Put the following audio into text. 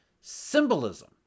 symbolism